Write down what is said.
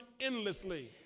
endlessly